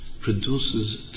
produces